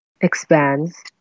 expands